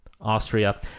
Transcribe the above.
Austria